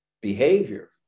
behavior